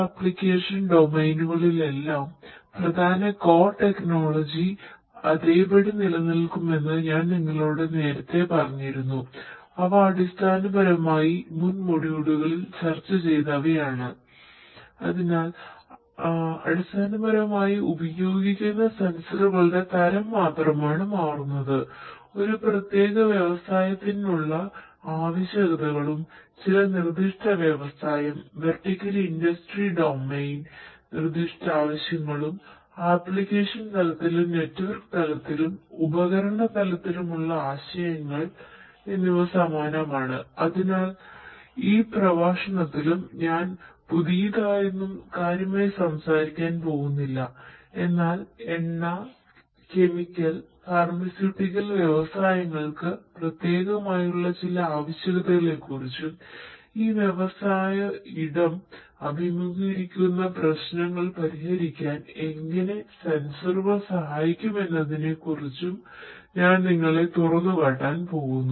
അതിനാൽ അടിസ്ഥാനപരമായി ഉപയോഗിക്കുന്ന സെൻസറുകളുടെ വ്യവസായങ്ങൾക്ക് പ്രത്യേകമായുള്ള ചില ആവശ്യകതകളെക്കുറിച്ചും ഈ വ്യവസായ ഇടം അഭിമുഖീകരിക്കുന്ന പ്രശ്നങ്ങൾ പരിഹരിക്കാൻ എങ്ങനെ സെൻസറുകൾ സഹായിക്കുമെന്നതിനെക്കുറിച്ചും ഞാൻ നിങ്ങളെ തുറന്നുകാട്ടാൻ പോകുന്നു